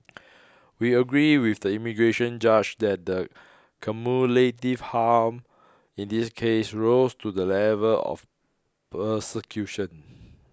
we agree with the immigration judge that the cumulative harm in this case rose to the level of persecution